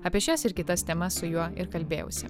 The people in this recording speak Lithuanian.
apie šias ir kitas temas su juo ir kalbėjausi